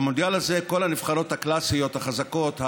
במונדיאל הזה כל הנבחרות הקלאסיות החזקות,